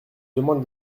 demande